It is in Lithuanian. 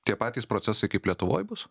tie patys procesai kaip lietuvoj bus